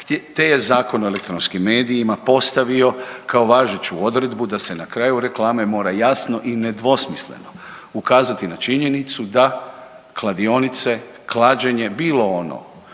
te je Zakon o elektronskim medijima postavio kao važeću odredbu da se na kraju reklame mora jasno i nedvosmisleno ukazati na činjenicu da kladionice i klađenje, bilo ono